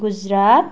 Gujarat